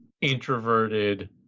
introverted